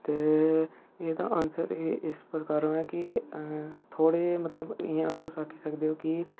ते एह्दा आंसर स प्रकार ऐ कि थोह्ड़े मतलब इयां तुस इ'यां आक्खी सकदे ओ कि